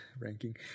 ranking